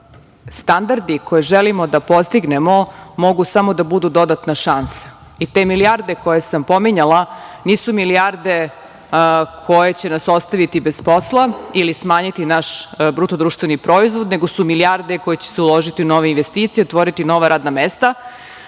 da standardi koje želimo da postignemo mogu samo da budu dodatna šansa. Te milijarde koje sam pominjala, nisu milijarde koje će nas ostaviti bez posla ili smanjiti naš BDP nego su milijarde koje će se uložiti u nove investicije, otvoriti nova radna mesta